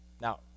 Now